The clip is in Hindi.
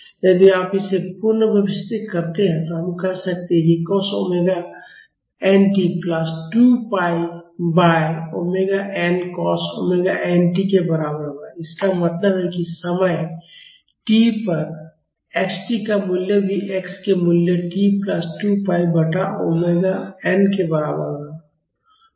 यदि आप इसे पुनर्व्यवस्थित करते हैं तो हम कह सकते हैं कि cos omega nt plus 2 pi by omega n cos omega n t के बराबर होगा इसका मतलब है कि समय टी पर x टी का मूल्य भी x के मूल्य टी प्लस 2 पाई बटा ओमेगा एन के बराबर होगा